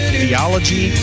theology